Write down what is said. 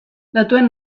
datuen